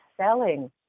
selling